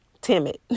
timid